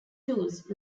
tools